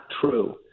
true